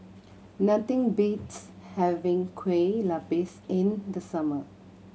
nothing beats having Kueh Lapis in the summer